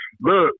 Look